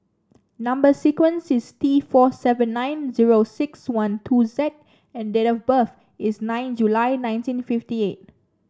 number sequence is T four seven nine zero six one two Z and date of birth is nine July nineteen fifty eight